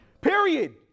period